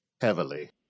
heavily